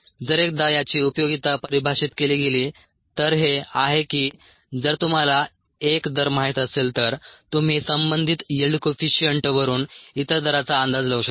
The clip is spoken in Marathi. जर एकदा याची उपयोगिता परिभाषित केली गेली तर हे आहे की जर तुम्हाला 1 दर माहित असेल तर तुम्ही संबंधित यील्ड कोइफिशिअंट वरून इतर दराचा अंदाज लावू शकता